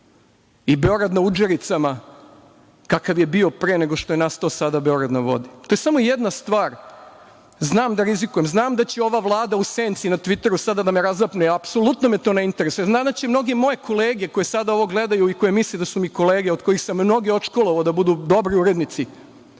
i Beograd na udžericama, kakav je bio pre nego što je nastao sada „Beograd na vodi“. To je samo jedna stvar. Znam da rizikujem, znam da će ova Vlada u senci na tviteru sada da me razapne, ali apsolutno me to ne interesuje. Znam da će mnoge moje kolege koje sada ovo gledaju i koji misle da su mi kolege, od kojih sam mnoge odškolovao da budu dobri urednici,